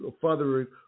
further